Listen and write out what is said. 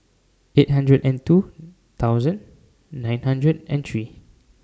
eight hundred and two thousand nine hundred and three